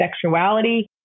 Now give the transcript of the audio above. sexuality